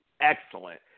excellent